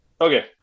Okay